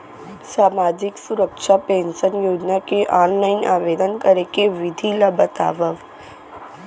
सामाजिक सुरक्षा पेंशन योजना के ऑनलाइन आवेदन करे के विधि ला बतावव